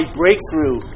breakthrough